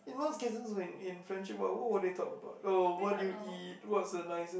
in most cases when in friendship what what would they talk about oh what did you eat what's the nicest